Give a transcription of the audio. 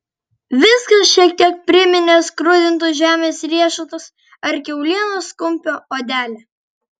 viskas šiek tiek priminė skrudintus žemės riešutus ar kiaulienos kumpio odelę